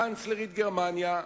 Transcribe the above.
קנצלרית גרמניה,